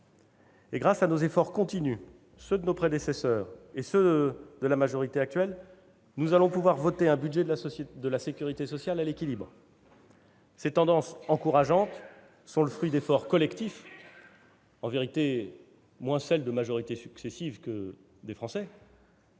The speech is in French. Grâce à nos efforts continus, ceux de nos prédécesseurs et ceux de la majorité actuelle, nous allons pouvoir voter un budget de la sécurité sociale à l'équilibre. Ces tendances encourageantes sont le fruit d'efforts collectifs- en vérité moins ceux de majorités successives que ceux des Français